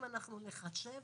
אם אנחנו נחשב,